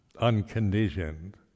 Unconditioned